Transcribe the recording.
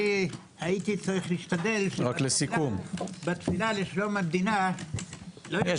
הייתי צריך להשתדל שבתפילה לשלום המדינה- -- תסכם בבקשה.